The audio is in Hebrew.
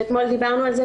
ואתמול דיברנו על זה,